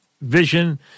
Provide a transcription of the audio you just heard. vision